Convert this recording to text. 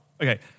okay